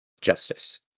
justice